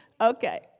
Okay